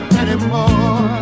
anymore